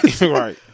Right